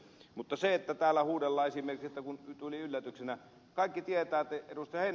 mutta kun täällä huudellaan esimerkiksi että tuli yllätyksenä kaikki tietävät ed